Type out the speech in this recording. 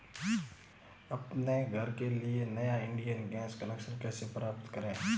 अपने घर के लिए नया इंडियन गैस कनेक्शन कैसे प्राप्त करें?